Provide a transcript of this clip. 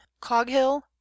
Coghill